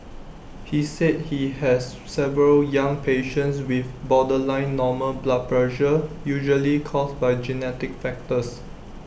he said he has several young patients with borderline normal blood pressure usually caused by genetic factors